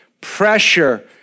pressure